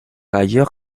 ailleurs